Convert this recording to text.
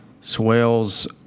Swales